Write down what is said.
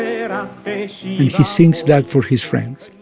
and he sings that for his friends.